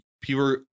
people